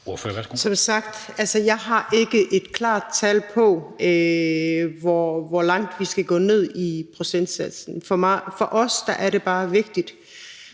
Som sagt har jeg ikke helt klart tal på, hvor langt vi skal gå ned i procentsatsen. For os er det bare vigtigt,